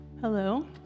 Hello